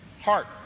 heart